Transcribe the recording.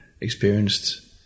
experienced